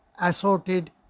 assorted